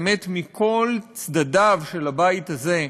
באמת מכל צדדיו של הבית הזה,